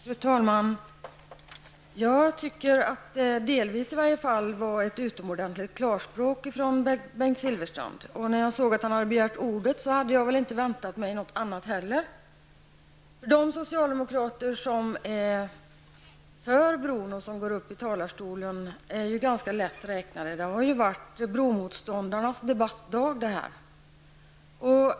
Fru talman! Jag tycker att Bengt Silfverstrand, åtminstone delvis, talade klarspråk i sitt inlägg. När jag såg att han hade begärt ordet hade jag väl inte väntat mig något annat heller. De socialdemokrater som är för bron och som går upp i talarstolen är ganska lätt räknade. Detta har ju varit bromoståndarnas debattdag.